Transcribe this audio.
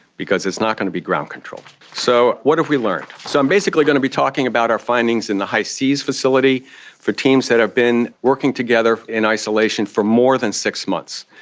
because it's not going to be ground control. so what have we learned? so i'm basically going to be talking about our findings in the hi-seas facility for teams that have been working together in isolation for more than six months.